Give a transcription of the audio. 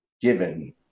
given